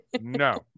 No